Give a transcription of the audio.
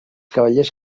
cavallers